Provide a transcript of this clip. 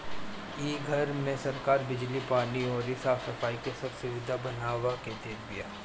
इ घर में सरकार बिजली, पानी अउरी साफ सफाई के सब सुबिधा बनवा के देत बिया